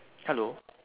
hello